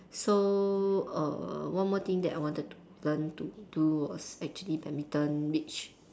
so err one more thing that I wanted to learn to do was actually badminton which